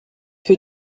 peu